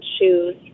shoes